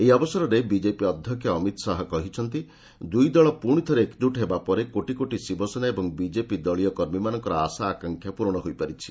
ଏହି ଅବସରରେ ବିଜେପି ଅଧ୍ୟକ୍ଷ ଅମିତ ଶାହା କହିଛନ୍ତି ଦୁଇଦଳ ପୁଣି ଥରେ ଏକଜୁଟ ହେବା ପରେ କୋଟିକୋଟି ଶିବସେନା ଏବଂ ବିଜେପି ଦଳୀୟ କର୍ମୀମାନଙ୍କର ଆଶା ଆକାଂକ୍ଷା ପୂରଣ ହୋଇପାରିଛି